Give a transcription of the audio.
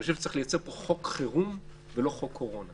אני חושב שצריך לייצר פה חוק חירום ולא חוק קורונה,